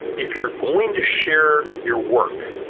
if you're going to share your work,